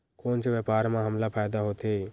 कोन से व्यापार म हमला फ़ायदा होथे?